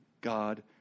God